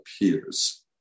appears